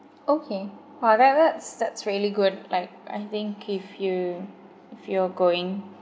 okay !wow! that that that's really good like I think if you if you're going